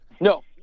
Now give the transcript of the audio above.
no